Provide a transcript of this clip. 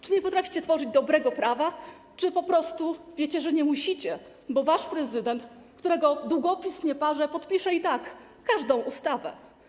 Czy nie potraficie tworzyć dobrego prawa czy po prostu wiecie, że nie musicie, bo wasz prezydent, którego długopis nie parzy, podpisze i tak każdą ustawę?